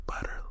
butter